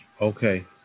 Okay